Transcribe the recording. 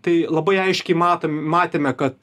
tai labai aiškiai matom matėme kad